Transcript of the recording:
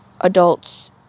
adults